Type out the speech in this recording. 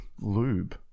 lube